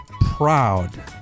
proud